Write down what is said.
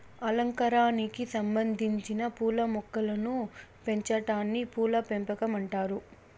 అలంకారానికి సంబందించిన పూల మొక్కలను పెంచాటాన్ని పూల పెంపకం అంటారు